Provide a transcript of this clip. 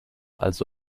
also